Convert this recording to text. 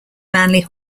manley